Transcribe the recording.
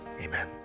amen